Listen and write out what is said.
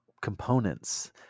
components